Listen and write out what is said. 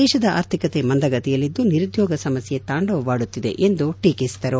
ದೇಶದ ಆರ್ಥಿಕತೆ ಮಂದಗತಿಯಲ್ಲಿದ್ದು ನಿರುದ್ಯೋಗ ಸಮಸ್ಯ ತಾಂಡವವಾಡುತ್ತಿದೆ ಎಂದು ಟೀಕಿಸಿದರು